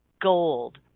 gold